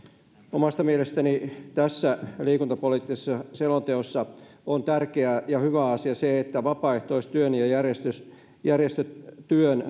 omasta mielestäni tässä liikuntapoliittisessa selonteossa on tärkeä ja hyvä asia se että vapaaehtoistyön ja järjestötyön